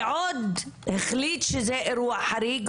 ועוד החליט שזה אירוע חריג,